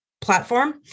platform